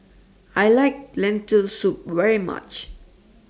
I like Lentil Soup very much